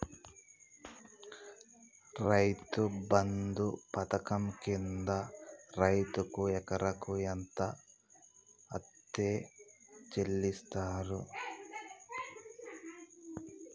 రైతు బంధు పథకం కింద రైతుకు ఎకరాకు ఎంత అత్తే చెల్లిస్తరు?